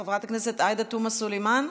חברת הכנסת עאידה תומא סלימאן,